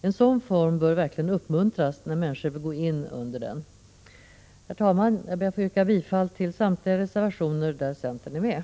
En sådan form bör verkligen uppmuntras när människor vill ansluta sig till den. Herr talman! Jag ber att få yrka bifall till samtliga reservationer som centern står bakom.